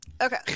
Okay